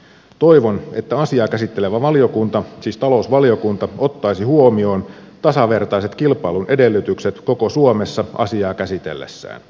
toivon että asiaa käsittelevä valiokunta siis talousvaliokunta ottaisi huomioon tasavertaiset kilpailun edellytykset koko suomessa asiaa käsitellessään